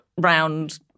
round